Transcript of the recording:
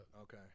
Okay